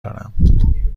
دارم